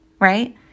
right